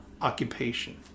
occupation